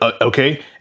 okay